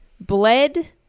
bled